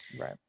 Right